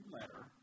letter